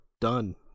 done